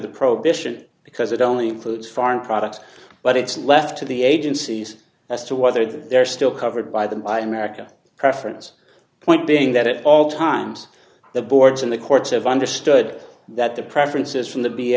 the prohibition because it only includes foreign products but it's left to the agencies as to whether they're still covered by them by america preference point being that at all times the boards and the courts have understood that the preference is from the b